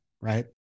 Right